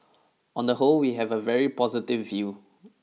on the whole we have a very positive view